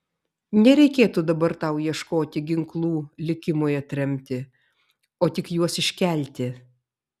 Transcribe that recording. nereikėtų dabar tau ieškoti ginklų likimui atremti o tik juos iškelti